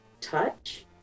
touch